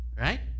Right